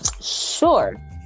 sure